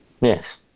Yes